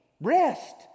rest